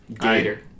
Gator